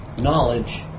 knowledge